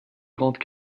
grandes